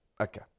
Okay